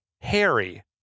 Harry